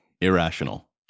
irrational